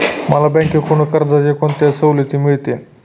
मला बँकेकडून कर्जाच्या कोणत्या सवलती मिळतील?